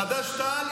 חד"ש-תע"ל